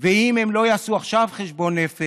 אם הם לא יעשו עכשיו חשבון נפש,